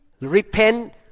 repent